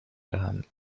gehandelt